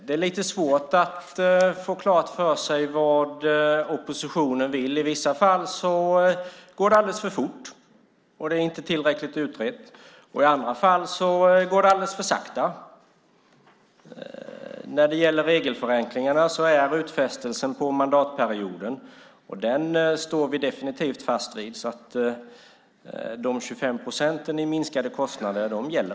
Det är lite svårt att få klart för sig vad oppositionen vill. I vissa fall går det alldeles för fort och är inte tillräckligt utrett. I andra fall går det alldeles för sakta. När det gäller regelförenklingarna gäller utfästelsen över mandatperioden. Den står vi definitivt fast vid, så de 25 procenten i minskade kostnader gäller.